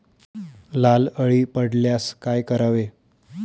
लाल अळी पडल्यास काय करावे?